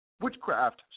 Witchcraft